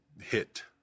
hit